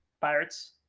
Pirates